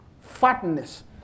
Fatness